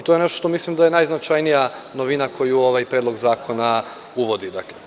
To je nešto što mislim da je najznačajnija novina koju ovaj predlog zakona uvodi.